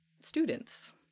students